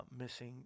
missing